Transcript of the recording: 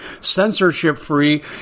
censorship-free